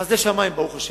חסדי שמים, ברוך השם.